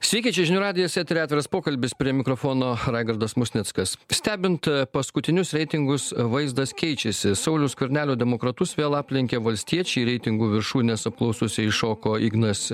sveiki čia žinių radijas eteryje atviras pokalbis prie mikrofono raigardas musnickas stebint paskutinius reitingus vaizdas keičiasi sauliaus skvernelio demokratus vėl aplenkė valstiečiai į reitingų viršūnes apklausose iššoko ignas